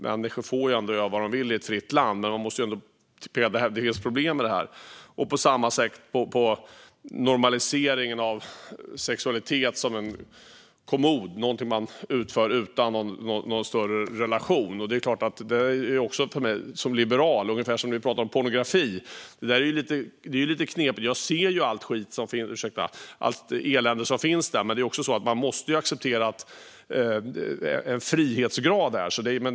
Människor får ju göra vad de vill i ett fritt land, men man måste ändå hävda att det finns problem med detta. På samma sätt är det med normaliseringen av sexualitet som en kommodifiering, något som man utför utan någon större relation. Det är ungefär som när vi pratar om pornografi. Jag ser allt elände som finns där, men man måste ju acceptera en frihetsgrad.